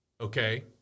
okay